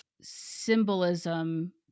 symbolism